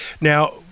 Now